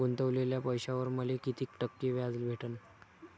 गुतवलेल्या पैशावर मले कितीक टक्के व्याज भेटन?